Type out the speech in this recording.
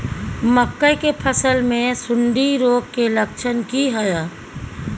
मकई के फसल मे सुंडी रोग के लक्षण की हय?